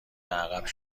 عقب